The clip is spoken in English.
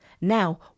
Now